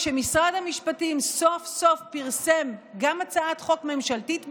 כשמשרד המשפטים סוף-סוף פרסם גם הצעת חוק ממשלתית בנושא,